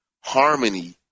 harmony